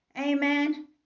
Amen